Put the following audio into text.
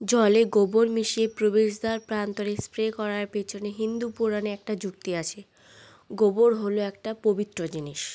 জলে গোবর মিশিয়ে প্রবেশ দ্বার প্রান্তরে স্প্রে করার পেছনে হিন্দু পুরাণে একটা যুক্তি আছে গোবর হলো একটা পবিত্র জিনিস